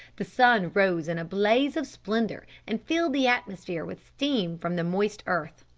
the sun rose in a blaze of splendour and filled the atmosphere with steam from the moist earth.